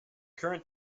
current